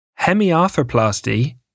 Hemiarthroplasty